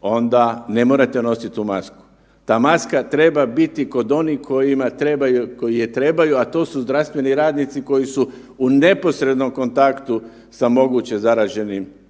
onda ne morate nositi tu masku. Ta maska treba biti kod onih kojima trebaju, koji je trebaju, a to su zdravstveni radnici koji su u neposrednom kontaktu sa moguće zaraženim